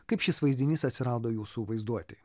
kaip šis vaizdinys atsirado jūsų vaizduotėj